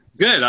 Good